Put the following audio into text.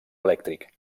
elèctric